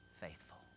faithful